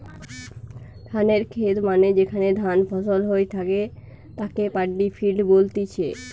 ধানের খেত মানে যেখানে ধান ফসল হই থাকে তাকে পাড্ডি ফিল্ড বলতিছে